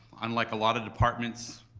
unlike a lot of departments,